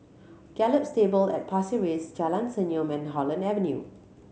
Gallop Stables at Pasir Ris Jalan Senyum and Holland Avenue